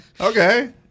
Okay